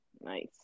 Nice